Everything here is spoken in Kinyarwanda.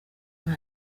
omar